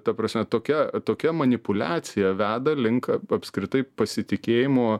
ta prasme tokia tokia manipuliacija veda link apskritai pasitikėjimo